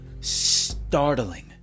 startling